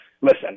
Listen